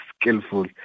skillful